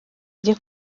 ajye